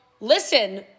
listen